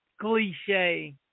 cliche